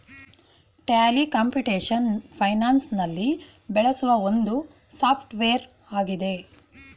Tally computation finance ನಲ್ಲಿ ಬೆಳೆಸುವ ಒಂದು ಸಾಫ್ಟ್ವೇರ್ ಆಗಿದೆ